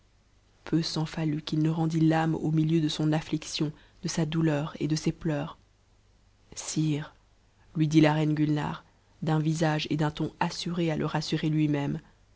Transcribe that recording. peu s'en fallut qu'il ne rendît l'âme au milieu de son affliction de sa douleur et de ses pleurs sire lui dit la reine gulnare d'un visage et d'un ton assures a le rassurer lui-même